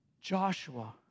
Joshua